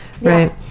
right